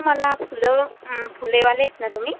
मला फुलं फुलेवाले हेतना तुम्ही